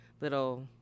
little